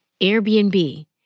Airbnb